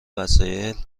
وسایل